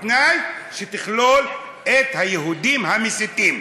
בתנאי שתכלול את היהודים המסיתים.